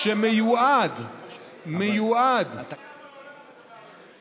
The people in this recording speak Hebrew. שמיועד איפה זה עוד נמצא בעולם?